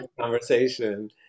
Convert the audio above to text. conversation